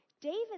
David